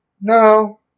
No